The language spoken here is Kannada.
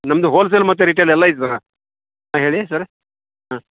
ನಮ್ಮದು ಹೋಲ್ಸೇಲ್ ಮತ್ತು ರೀಟೇಲ್ ಎಲ್ಲ ಇದೆ ಸರ ಹಾಂ ಹೇಳಿ ಸರ್ ಹಾಂ